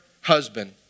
husband